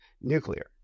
nuclear